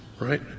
Right